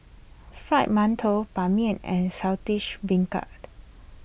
Fried Mantou Ban Mian and Saltish Beancurd